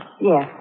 Yes